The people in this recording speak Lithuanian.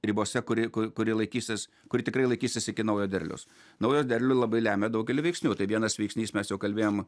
ribose kuri kuri laikysis kuri tikrai laikysis iki naujo derliaus naują derlių labai lemia daugelį veiksnių tai vienas veiksnys mes jau kalbėjom